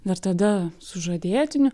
dar tada sužadėtiniu